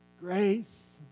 Grace